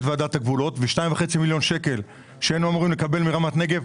ועדת הגבולות ו-2.5 מיליון שקלים שהיינו אמורים לקבל מרמת נגב,